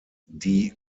die